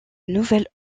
nouvelle